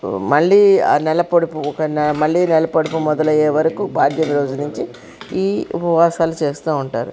మళ్ళీ ఆ నెలపొడుపు మళ్ళీ నెలపొడుపు మొదలయ్యే వరకు పాడ్యమి రోజు నుంచి ఈ ఉపవాసాలు చేస్తూ ఉంటారు